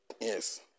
Yes